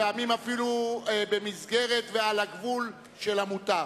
פעמים אפילו במסגרת ועל הגבול של המותר.